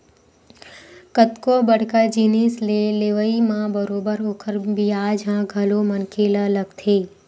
कतको बड़का जिनिस के लेवई म बरोबर ओखर बियाज ह घलो मनखे ल लगथे